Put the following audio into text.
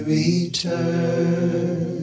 return